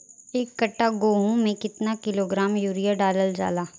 एक कट्टा गोहूँ में केतना किलोग्राम यूरिया डालल जाला?